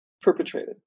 perpetrated